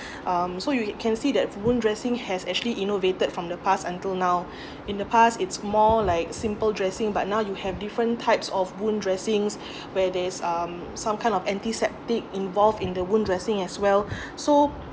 um so you can see that wound dressing has actually innovated from the past until now in the past it's more like simple dressing but now you have different types of wound dressings where there's um some kind of antiseptic involved in the wound dressing as well so